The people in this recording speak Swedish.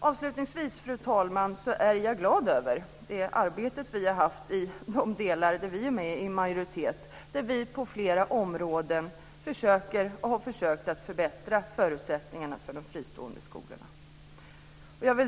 Avslutningsvis, fru talman, är jag glad över det arbete vi har haft i de delar där vi är med i majoriteten och där vi på flera områden har försökt att förbättra förutsättningarna för de fristående skolorna.